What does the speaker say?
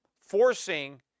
forcing